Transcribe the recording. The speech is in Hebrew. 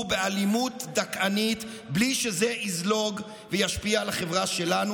באלימות דכאנית בלי שזה יזלוג וישפיע על החברה שלנו?